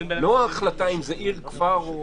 לא החלטה אם זה עיר או כפר.